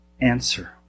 answer